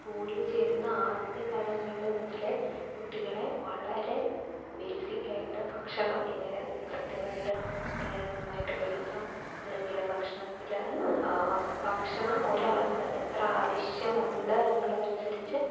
സ്കൂളിൽ ചേരുന്ന ആദ്യകാലങ്ങളിൽ മുതലേ കുട്ടികളെ വളരെ ബേസിക്കായിട്ട് ഭക്ഷണം എങ്ങനെ കൃത്യമായിട്ട് എങ്ങനെ നന്നായിട്ട് കഴിക്കാം അല്ലെങ്കിൽ ഭക്ഷണത്തിൽ ഭക്ഷണം ഒരാൾക്ക് എത്ര ആവശ്യമുണ്ട് എന്നുള്ളതനുസരിച്ച്